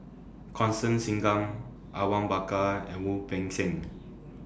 Constance Singam Awang Bakar and Wu Peng Seng